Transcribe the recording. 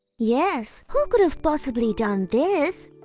yes! who could have possibly done this?